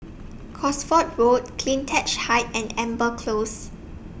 Cosford Road CleanTech Height and Amber Close